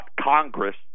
Congress